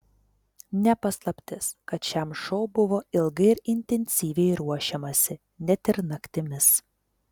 ne paslaptis kad šiam šou buvo ilgai ir intensyviai ruošiamasi net ir naktimis